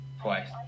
twice